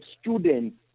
students